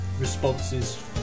Responses